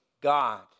God